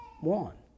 one